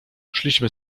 szliśmy